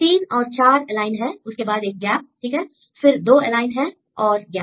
3 और 4 एलाइंड हैं उसके बाद एक गैप ठीक है फिर 2 एलाइंड हैं और 1 गैप